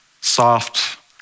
soft